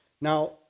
Now